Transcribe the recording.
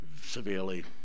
severely